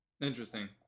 Interesting